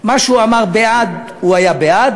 מה שהוא אמר בעד הוא היה בעד,